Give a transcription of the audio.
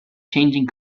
changing